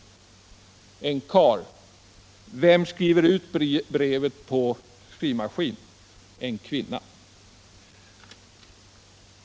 En karl. Vem skriver ut brevet på skrivmaskin? En kvinna.